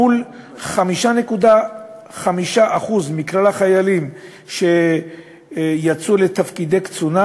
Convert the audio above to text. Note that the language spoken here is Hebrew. מול 5.5% מכלל החיילים שיצאו לתפקידי קצונה,